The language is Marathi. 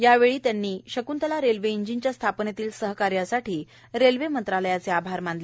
यावेळी त्यांनी शकृंतला रेल्वे इंजिनच्या स्थापनेतील सहकार्यासाठी रेल्वे मंत्रालयाचे आभार मानले